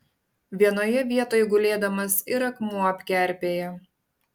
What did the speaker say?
vienoje vietoj gulėdamas ir akmuo apkerpėja